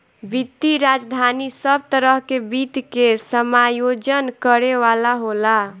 वित्तीय राजधानी सब तरह के वित्त के समायोजन करे वाला होला